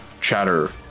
chatter